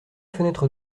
fenêtres